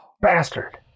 bastard